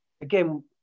Again